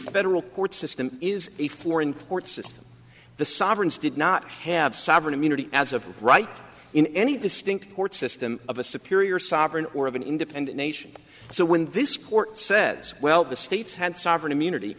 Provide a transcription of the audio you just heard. federal court system is a floor in ports the sovereigns did not have sovereign immunity as of right in any distinct court system of a superior sovereign or of an independent nation so when this court says well the states had sovereign immunity